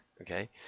Okay